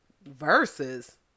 verses